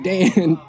Dan